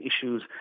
issues